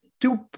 two